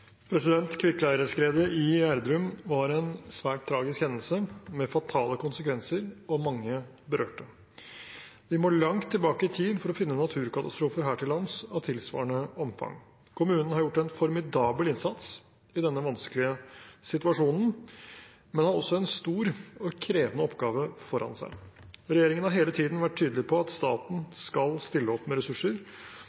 i Gjerdrum var en svært tragisk hendelse med fatale konsekvenser og mange berørte. Vi må langt tilbake i tid for å finne naturkatastrofer her til lands av tilsvarende omfang. Kommunen har gjort en formidabel innsats i denne vanskelige situasjonen, men har også en stor og krevende oppgave foran seg. Regjeringen har hele tiden vært tydelig på at staten